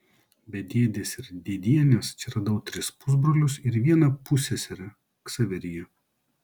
be dėdės ir dėdienės čia radau tris pusbrolius ir vieną pusseserę ksaveriją